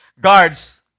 guards